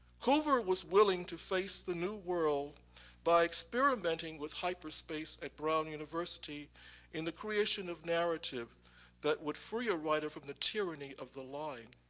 coover has willing to face the new world by experimenting with hyperspace at brown university in the creation of narrative that would free a writer from the tyranny of the line.